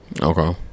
okay